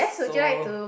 so